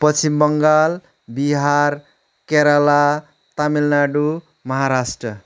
Paschim Bengal Bihar Kerala Tamil Nadu Maharashtra